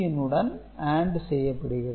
உடன் AND செய்யப்படுகிறது